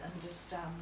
understand